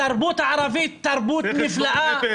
התרבות הערבית תרבות נפלאה,